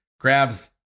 grabs